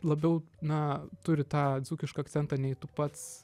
labiau na turi tą dzūkišką akcentą nei tu pats